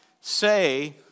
say